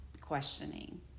questioning